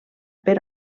per